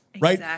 Right